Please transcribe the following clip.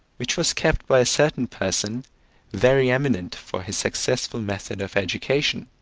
which was kept by a certain person very eminent for his successful method of education.